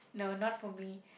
no not for me